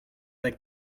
like